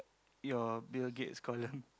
your Bill-Gates' column